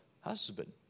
husband